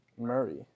Murray